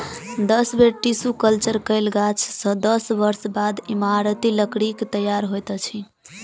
दस बेर tissue culture कयल गाछ सॅ दस वर्ष बाद इमारती लकड़ीक तैयार होइत अछि